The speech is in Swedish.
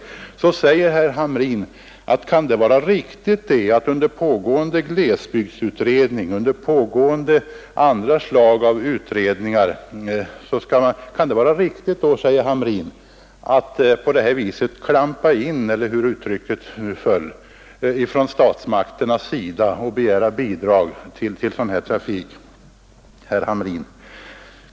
Herr Hamrin undrade om det kan vara riktigt att statsmakterna medan glesbygdsutredningen och andra utredningar pågår klampar in — eller hur uttrycket nu föll — och begär bidrag till sådan trafik.